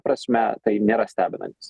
prasme tai nėra stebinantis